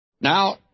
Now